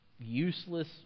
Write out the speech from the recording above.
useless